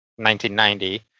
1990